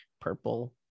purple